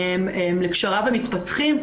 לקשריו המתפתחים,